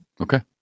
Okay